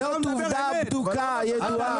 זאת עובדה בדוקה, ידועה.